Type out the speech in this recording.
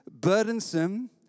burdensome